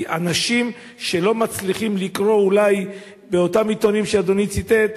כי אנשים שלא מצליחים לקרוא אולי באותם עיתונים שאדוני ציטט,